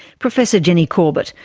professor jenny corbett,